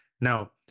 Now